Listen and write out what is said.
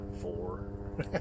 four